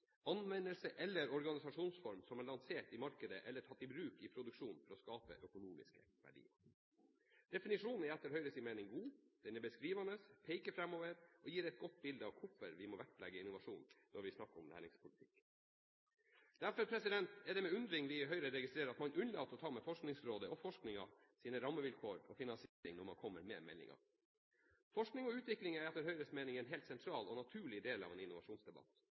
anvendelse eller organisasjonsform som er lansert i markedet eller tatt i bruk i produksjonen for å skape økonomiske verdier.» Definisjonen er etter Høyres mening god. Den er beskrivende, peker framover og gir et godt bilde av hvorfor vi må vektlegge innovasjon når vi snakker om næringspolitikk. Derfor er det med undring vi i Høyre registrerer at man unnlater å ta med Forskningsrådet og forskningens rammevilkår og finansiering i meldingen. Forskning og utvikling er etter Høyres mening et helt sentralt og naturlig tema i en innovasjonsdebatt.